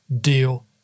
deal